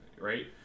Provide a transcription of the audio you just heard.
right